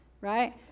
Right